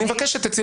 מבקש שתצאי